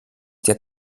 der